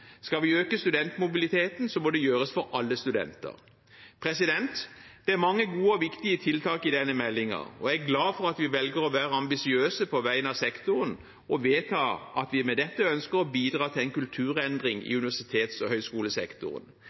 Skal vi øke studentmobiliteten, må det gjøres for alle studenter. Det er mange gode og viktige tiltak i denne meldingen, og jeg er glad for at vi velger å være ambisiøse på vegne av sektoren og vedta at vi med dette ønsker å bidra til en kulturendring i universitets- og høyskolesektoren.